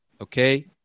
Okay